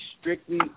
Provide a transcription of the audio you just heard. strictly